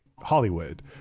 Hollywood